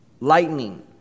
lightning